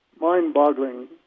mind-boggling